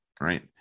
right